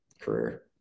career